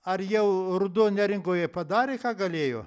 ar jau ruduo neringoje padarė ką galėjo